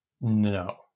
No